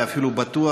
ואפילו בטוח,